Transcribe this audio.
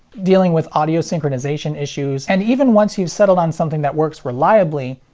dealing with audio synchronization issues, and even once you've settled on something that works reliably,